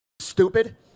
stupid